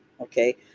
okay